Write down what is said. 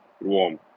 warm